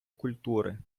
культури